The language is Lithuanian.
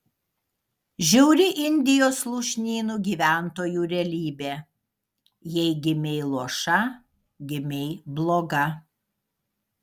žiauri indijos lūšnynų gyventojų realybė jei gimei luoša gimei bloga